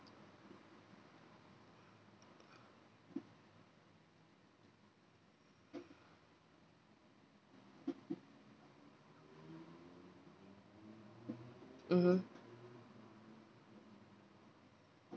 mmhmm